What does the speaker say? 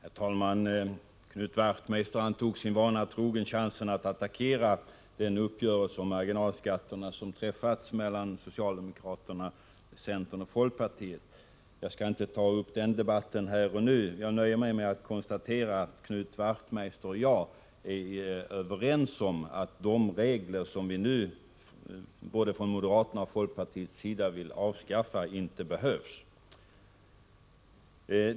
Herr talman! Knut Wachtmeister tog, sin vana trogen, tillfället i akt och attackerade den uppgörelse om marginalskatterna som träffats av socialde mokraterna, centern och folkpartiet. Jag skall inte ta upp den debatten här och nu, utan jag nöjer mig med att konstatera att Knut Wachtmeister och jag är överens. Det gäller de regler i detta sammanhang som både moderater och folkpartister vill avskaffa, eftersom vi anser att de inte behövs.